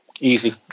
Easy